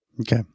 Okay